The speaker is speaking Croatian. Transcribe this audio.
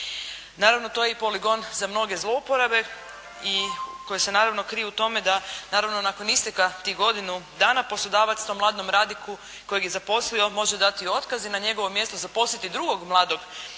Naravno to je i poligon za mnoge zlouporabe koje se naravno kriju u tome da naravno nakon isteka tih godinu dana poslodavac tom mladom radniku kojega je zaposlio može dati otkaz i na njegovo mjesto zaposliti drugog mladog radnika